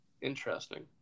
interesting